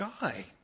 guy